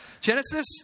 Genesis